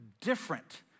different